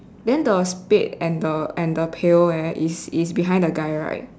then the spade and the and the pail leh is behind the guy right